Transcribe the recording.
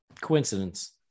coincidence